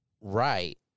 Right